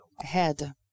head